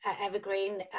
Evergreen